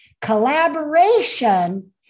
collaboration